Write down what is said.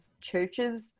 churches